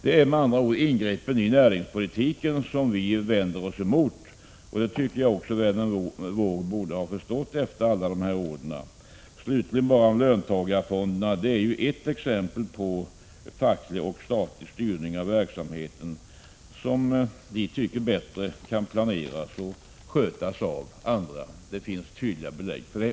Det är med andra ord ingreppen i näringspolitiken som vi vänder oss emot, och det tycker jag att också vännen Wååg borde ha förstått efter alla dessa år. Slutligen om löntagarfonderna. De är ju ett exempel på facklig och statlig styrning av en verksamhet som vi tycker kan planeras och skötas bättre av andra. Det finns tydliga belägg för det.